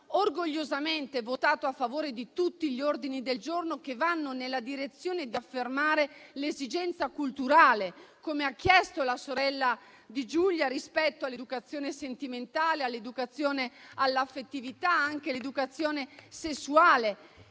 orgogliosamente votato a favore di tutti gli ordini del giorno che vanno nella direzione di affermare un'esigenza culturale, come ha chiesto la sorella di Giulia, relativa all'educazione sentimentale, all'educazione all'affettività e anche all'educazione sessuale